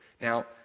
Now